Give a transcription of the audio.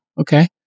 Okay